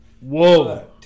Whoa